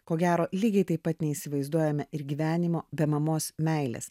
ko gero lygiai taip pat neįsivaizduojame ir gyvenimo be mamos meilės